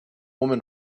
woman